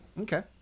Okay